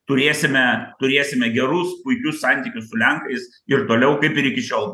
turėsime turėsime gerus puikius santykius su lenkais ir toliau kaip ir iki šiol